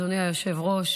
אדוני היושב-ראש,